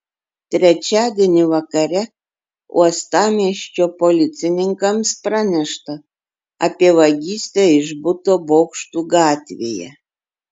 trečiadienį vakare uostamiesčio policininkams pranešta apie vagystę iš buto bokštų gatvėje